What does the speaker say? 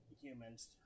humans